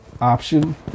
option